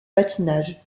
patinage